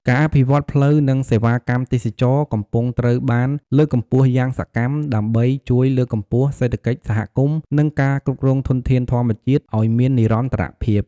ការអភិវឌ្ឍន៍ផ្លូវ និងសេវាកម្មទេសចរណ៍កំពុងត្រូវបានលើកកម្ពស់យ៉ាងសកម្ម ដើម្បីជួយលើកកម្ពស់សេដ្ឋកិច្ចសហគមន៍ និងការគ្រប់គ្រងធនធានធម្មជាតិឱ្យមាននិរន្តរភាព។